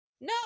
No